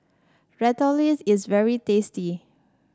Ratatouille is very tasty